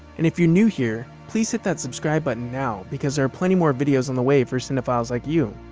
and if you're new here, please hit that subscribe button now because there are plenty more videos on the way for cinephiles like you!